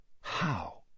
How